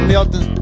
Milton